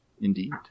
Indeed